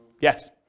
Yes